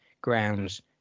grounds